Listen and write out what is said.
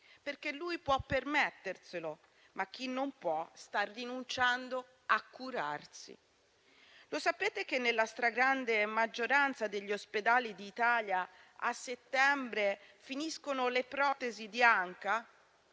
lui può permetterselo, ma chi non può sta rinunciando a curarsi. Lo sapete che nella stragrande maggioranza degli ospedali d'Italia a settembre finiscono le protesi di anca?